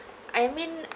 I mean